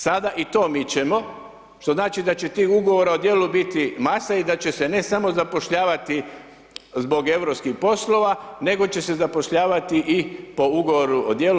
Sada i to mičemo, što znači da će tih Ugovora o djelu biti mase i da će se, ne samo zapošljavati zbog europskih poslova, nego će se zapošljavati i po Ugovoru o djelu.